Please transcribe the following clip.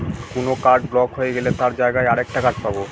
কোন card block হয়ে গেলে তার জায়গায় আর একটা কার্ড পাবো